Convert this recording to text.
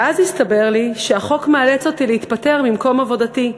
ואז הסתבר לי שהחוק מאלץ אותי להתפטר ממקום עבודתי,